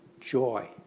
joy